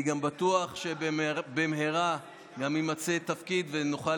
אני גם בטוח שבמהרה יימצא תפקיד ונוכל